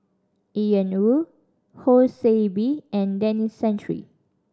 Ian Woo Ho See Beng and Denis Santry